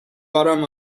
bottom